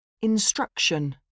Instruction